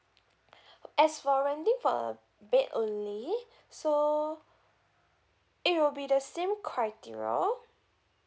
as for renting for a bed only so it will be the same criteria